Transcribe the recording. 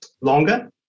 longer